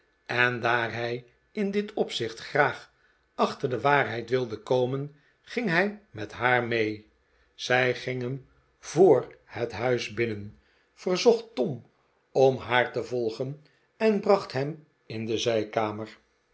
en daar hij in dit opzicht graag achter de waarheid wilde komen ging hij met haar mee zij ging hem voor het huis binnen verzocht tom om haar te volgen en bracht hem in de zijkamer